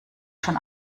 schon